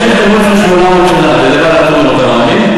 אתה מאמין?